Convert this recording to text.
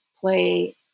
play